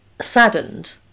saddened